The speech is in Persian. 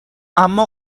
اما